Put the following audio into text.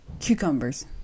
Cucumbers